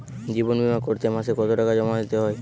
জীবন বিমা করতে মাসে কতো টাকা জমা দিতে হয়?